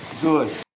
good